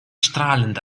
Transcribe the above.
strahlend